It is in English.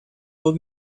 will